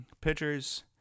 Pitchers